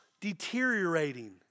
deteriorating